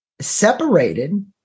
separated